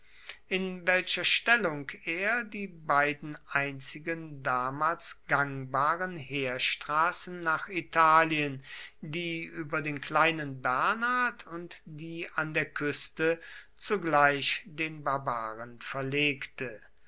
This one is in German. in welcher stellung er die beiden einzigen damals gangbaren heerstraßen nach italien die über den kleinen bernhard und die an der küste zugleich den barbaren verlegte